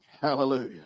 Hallelujah